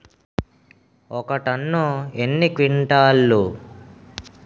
ఒక టన్ను ఎన్ని క్వింటాల్లు?